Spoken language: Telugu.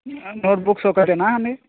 మ్యామ్ నోట్ బుక్స్ ఒకటేనా అన్నీ